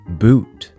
boot